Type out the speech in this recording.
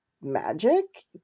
magic